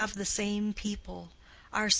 we have the same people.